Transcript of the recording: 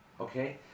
okay